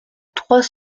trois